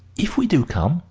if we do come,